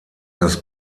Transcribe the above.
das